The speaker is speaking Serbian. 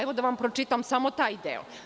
Evo da vam pročitam samo taj deo.